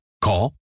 Call